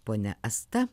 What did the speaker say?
ponia asta